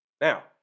Now